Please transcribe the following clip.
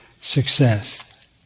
success